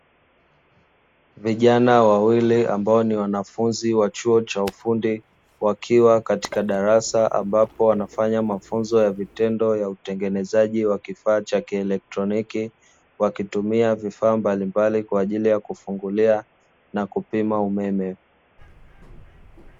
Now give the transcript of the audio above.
Vijana wawili ambao ni wanafunzi wa chuo cha ufundi wakiwa katika darasa ambapo wanafanya mafunzo ya vitendo ya utengenezaji wa kifaa cha kielektroniki, wakitumia vifaa mbalimbali kwa ajili ya kufungulia na kupima umeme.